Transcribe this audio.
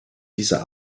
dieser